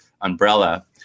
umbrella